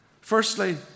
Firstly